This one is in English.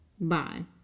bye